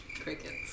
Crickets